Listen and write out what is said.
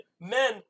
men